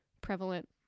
prevalent